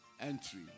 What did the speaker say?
entry